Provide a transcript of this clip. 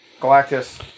Galactus